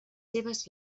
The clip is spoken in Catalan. seves